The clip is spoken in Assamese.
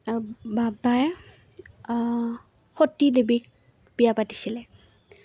আৰু বাবাই সতী দেৱীক বিয়া পাতিছিলে